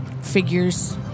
figures